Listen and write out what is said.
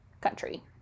country